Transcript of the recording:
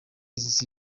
z’isi